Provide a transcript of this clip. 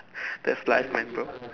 that's life man bro